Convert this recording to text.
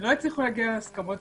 ולא הצליחו להגיע להסכמות,